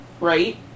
right